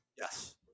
Yes